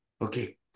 Okay